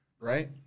right